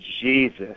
Jesus